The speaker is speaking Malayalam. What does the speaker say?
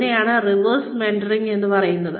അതിനെയാണ് റിവേഴ്സ് മെന്ററിംഗ് എന്ന് പറയുന്നത്